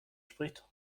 spricht